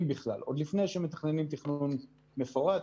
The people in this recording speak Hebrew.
בכלל עוד לפני שמתכננים תכנון מפורט,